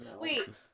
Wait